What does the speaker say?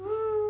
!woo!